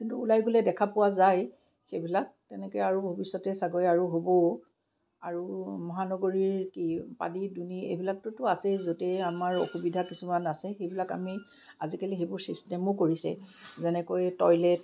কিন্তু উলাই গ'লে দেখা পোৱা যায় সেইবিলাক তেনেকৈ আৰু ভৱিষ্যতে চাগৈ আৰু হ'বও আৰু মহানগৰীৰ কি পানী দুনি এইবিলাকটোতো আছেই য'তেই আমাৰ অসুবিধা কিছুমান আছে সেইবিলাক আমি আজিকালি সেইবোৰ চিষ্টেমো কৰিছে যেনেকৈ টয়লেট